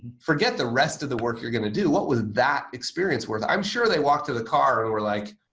forget the rest of the work you're going to do. what was that experience worth? i'm sure they walked to the car and were like,